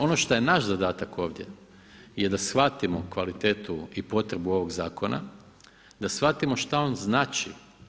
Ono što je naš zadatak ovdje je da shvatimo kvalitetu i potrebu ovog zakona, da shvatimo šta on znači.